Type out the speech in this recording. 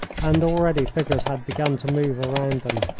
and already figures had begun to move around them.